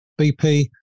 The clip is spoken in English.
BP